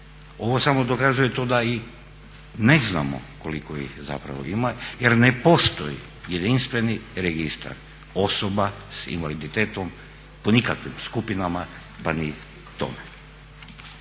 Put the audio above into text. Ovo samo dokazuje to da i ne znamo koliko ih zapravo ima jer ne postoji jedinstveni registar osoba s invaliditetom po nikakvim skupinama pa ni tome.